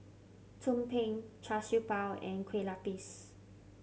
tumpeng Char Siew Bao and Kueh Lupis